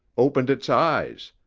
opened its eyes,